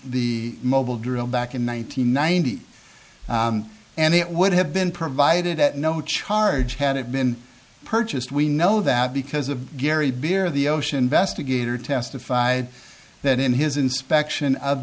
the mobil drill back in one nine hundred ninety eight and it would have been provided at no charge had it been purchased we know that because of gary beer the ocean vesta gator testified that in his inspection of